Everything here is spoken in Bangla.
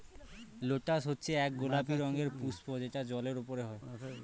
লোটাস হচ্ছে এক গোলাপি রঙের পুস্প যেটা জলের ওপরে হয়